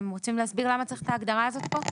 מה שנקבע בחוק בוודאי שצריך לקבוע את